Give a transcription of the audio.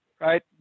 right